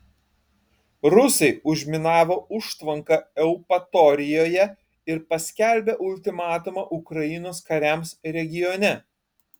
rusai užminavo užtvanką eupatorijoje ir paskelbė ultimatumą ukrainos kariams regione